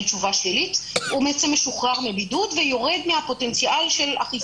תשובה שלילית הוא משוחרר מבידוד ויורד מהפוטנציאל של אכיפה.